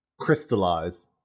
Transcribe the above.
crystallize